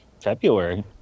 February